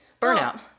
Burnout